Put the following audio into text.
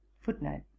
Footnote